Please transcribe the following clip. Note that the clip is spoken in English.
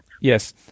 Yes